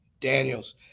Daniels